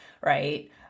right